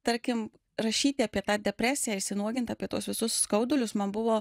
tarkim rašyti apie tą depresiją ir išsinuogint apie tuos visus skaudulius man buvo